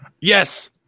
Yes